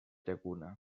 llacuna